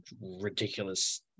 ridiculous